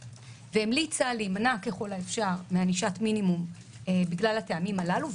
והמליצה להימנע ככל האפשר מענישת מינימום בגלל הטעמים הללו,